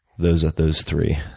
those those three